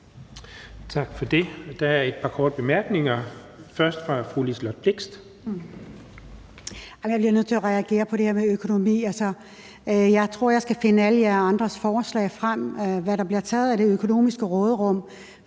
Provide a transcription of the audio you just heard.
Tak for det. Der er et par korte bemærkninger. Først er det fra fru Liselott Blixt. Kl. 12:29 Liselott Blixt (UFG): Jeg bliver nødt til at reagere på det her med økonomi. Jeg tror, at jeg skal finde alle jer andres forslag frem, så vi kan se, hvad der bliver taget af det økonomiske råderum